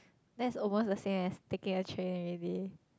that's almost the same as taking the train already